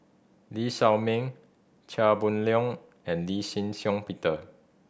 Lee Shao Meng Chia Boon Leong and Lee Shih Shiong Peter